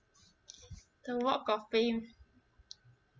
the walk of fame